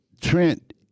Trent